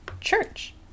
church